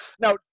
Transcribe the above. Now